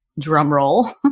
drumroll